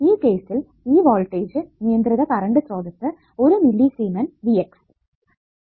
ഈ കേസിൽ ഈ വോൾടേജ് നിയന്ത്രിത കറണ്ട് സ്രോതസ്സ് 1 മില്ലിസിമെൻ V x